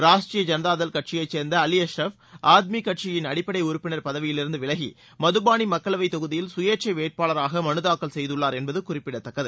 ராஷ்ட்ரீய ஜனதாதளம் கட்சியைச்சேர்ந்த அலி அஷ்ரப் ஆத்மி கட்சியின் அடிப்படை உறுப்பினர் பதவியிலிருந்து விலகி மதுபானி மக்களவைத் தொகுதியில் சுயேட்சை வேட்பாளராக மனு தாக்கல் செய்துள்ளார் என்பது குறிப்பிடத்தக்கது